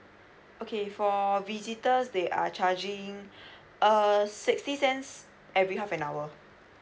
okay for visitors they are charging err sixty cents every half an hour